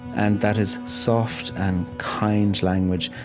and that is soft and kind language,